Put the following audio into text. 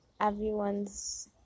Everyone's